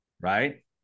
right